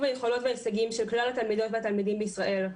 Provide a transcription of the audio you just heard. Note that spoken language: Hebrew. היכולות וההישגים של כלל התלמידות והתלמידים בישראל,